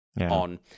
on